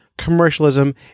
commercialism